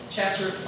Chapter